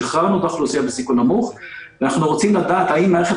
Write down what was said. שחררנו את האוכלוסייה בסיכון נמוך ואנחנו רוצים לדעת האם מערכת